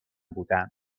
بودن